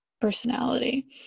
personality